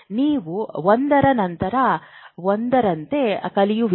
ನೀವು ಒಂದರ ನಂತರ ಒಂದರಂತೆ ಕಲಿಯುವಿರಿ